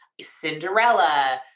Cinderella